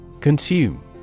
Consume